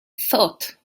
thought